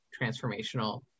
transformational